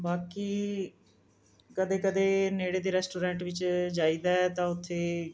ਬਾਕੀ ਕਦੇ ਕਦੇ ਨੇੜੇ ਦੇ ਰੈਸਟੋਰੈਂਟ ਵਿੱਚ ਜਾਈਦਾ ਤਾਂ ਉੱਥੇ